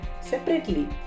separately